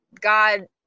God